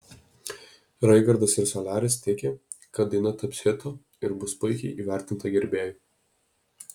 raigardas ir soliaris tiki kad daina taps hitu ir bus puikiai įvertinta gerbėjų